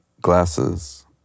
glasses